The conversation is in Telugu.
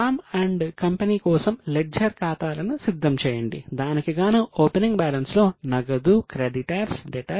రామ్ అండ్ కంపెనీ కోసం లెడ్జర్ ఖాతాల ఇవ్వబడ్డాయి